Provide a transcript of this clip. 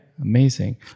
Amazing